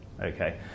Okay